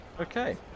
Okay